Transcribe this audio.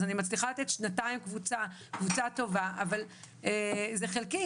אז אני מצליחה לתת שנתיים קבוצה טובה אבל זה חלקי